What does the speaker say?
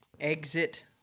Exit